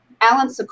Alan